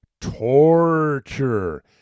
torture